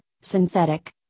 synthetic